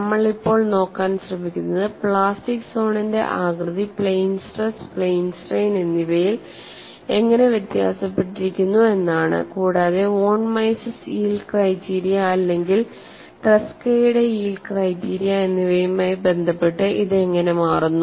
നമ്മൾ ഇപ്പോൾ നോക്കാൻ ശ്രമിക്കുന്നത് പ്ലാസ്റ്റിക് സോണിന്റെ ആകൃതി പ്ലെയ്ൻ സ്ട്രെസ് പ്ലെയ്ൻ സ്ട്രെയിൻ എന്നിവയിൽ എങ്ങനെ വ്യത്യാസപ്പെട്ടിരിക്കുന്നു എന്നാണ് കൂടാതെ വോൺ മിസസ് യീൽഡ് ക്രൈറ്റീരിയ അല്ലെങ്കിൽ ട്രെസ്കയുടെ യീൽഡ് ക്രൈറ്റീരിയ എന്നിവയുമായി ബന്ധപ്പെട്ട് ഇത് എങ്ങിനെ മാറുന്നു